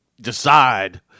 decide